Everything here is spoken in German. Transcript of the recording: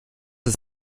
des